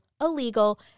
illegal